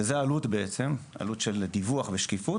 שזו עלות הדיווח והשקיפות,